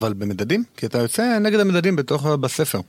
אבל במדדים, כי אתה יוצא נגד המדדים בספר.